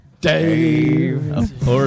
Dave